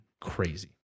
Crazy